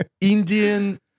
indian